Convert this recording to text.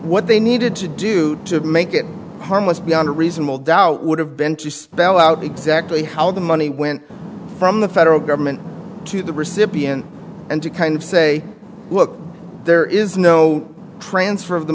what they needed to do to make it harmless beyond a reasonable doubt would have been to spell out exactly how the money went from the federal government to the recipient and to kind of say look there is no transfer of the